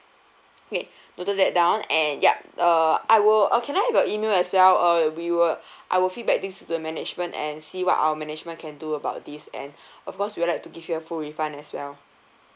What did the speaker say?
okay noted that down and yup err I will uh can I have your email as well uh we will I will feedback this to the management and see what our management can do about this and of course we'd like to give you a full refund as well